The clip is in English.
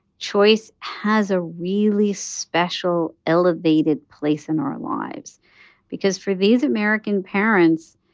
choice has a really special, elevated place in our lives because for these american parents,